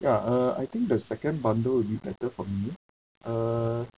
ya uh I think the second bundle will be better for me uh